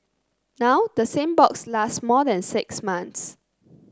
now the same box lasts more than six months